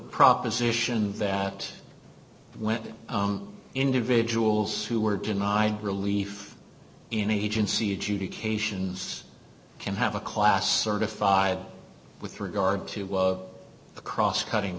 proposition that when individuals who were denied relief in agency judy cations can have a class certified with regard to the cross cutting